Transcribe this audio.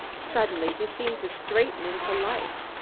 suddenly he seemed to straighten into life.